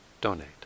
donate